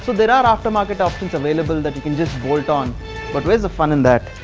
so there are aftermarket options available that you can just bolt on but where's the fun in that?